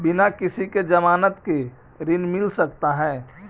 बिना किसी के ज़मानत के ऋण मिल सकता है?